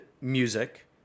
music